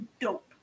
Dope